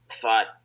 thought